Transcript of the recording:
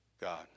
God